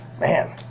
Man